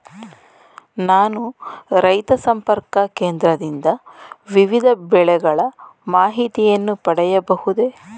ನಾನು ರೈತ ಸಂಪರ್ಕ ಕೇಂದ್ರದಿಂದ ವಿವಿಧ ಬೆಳೆಗಳ ಮಾಹಿತಿಯನ್ನು ಪಡೆಯಬಹುದೇ?